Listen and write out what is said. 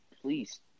please